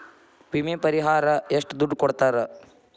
ವಿಮೆ ಪರಿಹಾರ ಎಷ್ಟ ದುಡ್ಡ ಕೊಡ್ತಾರ?